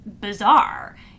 bizarre